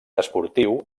esportiu